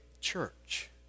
church